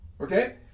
Okay